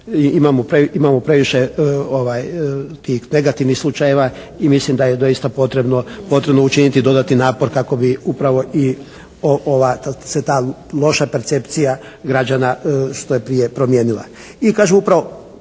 imamo previše tih negativnih slučajeva i mislim da je doista potrebno učiniti dodatni napor kako bi upravo i ova, se ta loša percepcija građana što je prije promijenila.